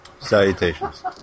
Salutations